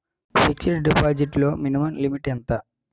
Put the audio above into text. Fixed deposit లో minimum limit ఎంత?